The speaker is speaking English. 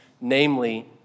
namely